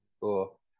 Cool